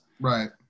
Right